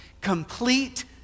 complete